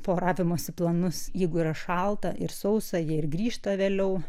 poravimosi planus jeigu yra šalta ir sausa jie ir grįžta vėliau